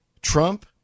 Trump